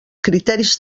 criteris